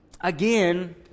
Again